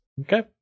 okay